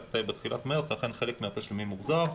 בתחילת מרס אכן חלק מהתשלומים הוחזר,